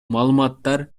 маалыматтар